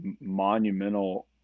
monumental